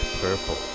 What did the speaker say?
purple